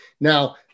Now